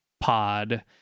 Pod